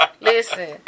listen